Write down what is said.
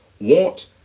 Want